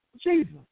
Jesus